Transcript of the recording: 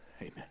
amen